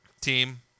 team